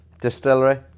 distillery